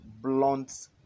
blunt